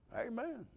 Amen